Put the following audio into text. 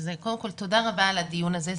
תודה רבה על הדיון הזה.